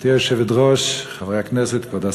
גברתי היושבת-ראש, חברי הכנסת, כבוד השר,